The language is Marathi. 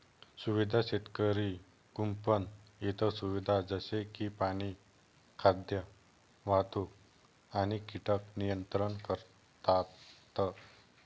सुविधा शेतकरी कुंपण इतर सुविधा जसे की पाणी, खाद्य, वाहतूक आणि कीटक नियंत्रण करतात